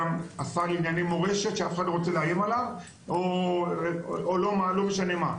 גם השר לענייני מורשת שאף אחד לא רוצה לאיים עליו או לא משנה מה,